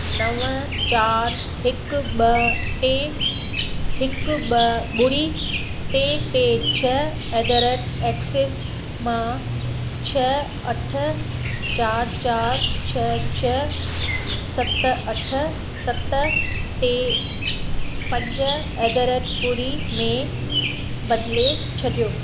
नव चारि हिकु ॿ टे हिकु ॿ ॿुड़ी टे टे छह एट द रेट एक्सिस मां छह अठ चारि चारि छह छह सत अठ सत टे पंज एट द रेट ॿुड़ी में बदिले छॾियो